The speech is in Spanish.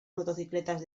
motocicletas